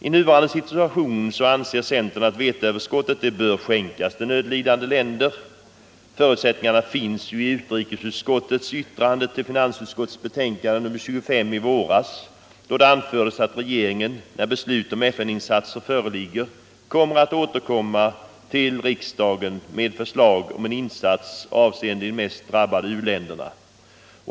I nuvarande situation anser centern att veteöverskottet bör skänkas till nödlidande länder. Förutsättningarna finnes ju i utrikesutskottets yttrande till finansutskottets betänkande nr 25 i våras, då det anfördes ”att regeringen, när beslut om FN-insatser föreligger, kommer att återkomma 53 till riksdagen med förslag om en insats avseende de mest drabbade uländerna.